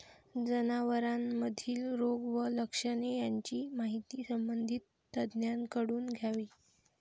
जनावरांमधील रोग व लक्षणे यांची माहिती संबंधित तज्ज्ञांकडून घ्यावी